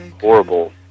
horrible